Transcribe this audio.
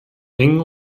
eng